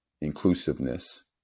inclusiveness